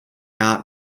art